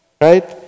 right